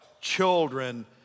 children